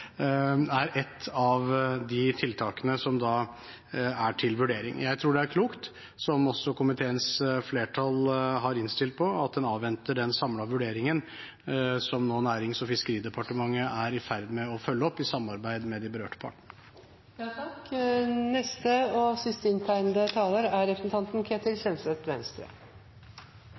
er et av de tiltakene som er til vurdering. Jeg tror det er klokt, som også komiteens flertall har innstilt på, at en avventer den samlede vurderingen, som nå Nærings- og fiskeridepartementet er i ferd med å følge opp i samarbeid med de berørte